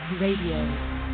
Radio